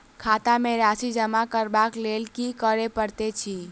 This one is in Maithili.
खाता मे राशि जमा करबाक लेल की करै पड़तै अछि?